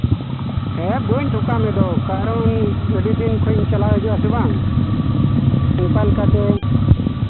ᱦᱮᱸ ᱵᱟᱹᱧ ᱴᱷᱚᱠᱟ ᱢᱮᱫᱚ ᱠᱟᱨᱚᱱ ᱟᱹᱰᱤ ᱫᱤᱱ ᱠᱷᱚᱱ ᱤᱧ ᱪᱟᱞᱟᱣ ᱦᱤᱡᱩᱜ ᱟᱥᱮ ᱵᱟᱝ ᱚᱱᱠᱟ ᱞᱮᱠᱟᱛᱮ